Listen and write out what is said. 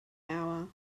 hour